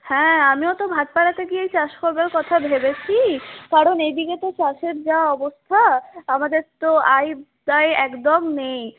হ্যাঁ আমিও তো ভাটপাড়া থেকেই চাষ করবার কথা ভেবেছি কারণ এদিকে তো চাষের যা অবস্থা আমাদের তো আয় প্রায় একদম নেই